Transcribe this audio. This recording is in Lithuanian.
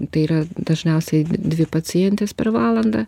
tai yra dažniausiai dvi pacientės per valandą